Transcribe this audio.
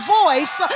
voice